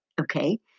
Okay